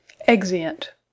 Exeunt